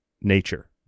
nature